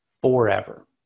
Forever